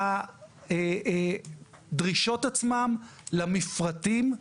לדרישות עצמן, למפרטים.